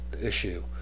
issue